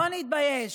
לא נתבייש,